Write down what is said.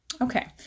Okay